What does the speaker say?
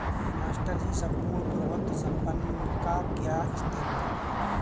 Master ji सम्पूर्ण प्रभुत्व संपन्न का क्या इस्तेमाल है?